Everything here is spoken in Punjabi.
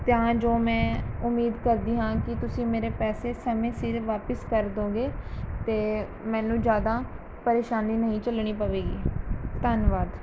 ਅਤੇ ਹਾਂ ਜੋ ਮੈਂ ਉਮੀਦ ਕਰਦੀ ਹਾਂ ਕਿ ਤੁਸੀਂ ਮੇਰੇ ਪੈਸੇ ਸਮੇਂ ਸਿਰ ਵਾਪਸ ਕਰ ਦਿਉਂਗੇ ਅਤੇ ਮੈਨੂੰ ਜ਼ਿਆਦਾ ਪਰੇਸ਼ਾਨੀ ਨਹੀਂ ਝੱਲਣੀ ਪਵੇਗੀ ਧੰਨਵਾਦ